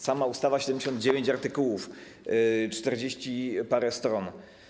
Sama ustawa liczy 79 artykułów, czterdzieści parę stron.